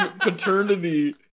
paternity